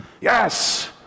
yes